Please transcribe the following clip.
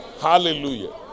Hallelujah